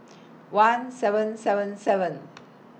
one seven seven seven